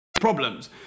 Problems